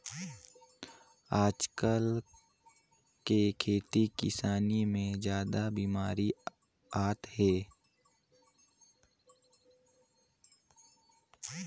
आयज कायल के खेती किसानी मे जादा बिमारी आत हे